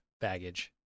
baggage